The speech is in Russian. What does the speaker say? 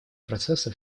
процесса